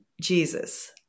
Jesus